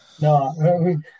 No